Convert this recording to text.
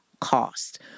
cost